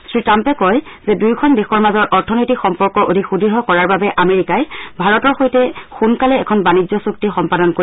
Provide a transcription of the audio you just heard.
শ্ৰীট্টাম্পে কয় যে দুইখন দেশৰ মাজৰ অৰ্থনৈতিক সম্পৰ্ক অধিক সুদ্ঢ় কৰাৰ বাবে আমেৰিকাই ভাৰতৰ সৈতে সোনকালে এখন বাণিজ্য চুক্তি সম্পাদন কৰিব